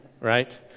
Right